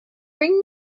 bring